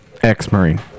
ex-Marine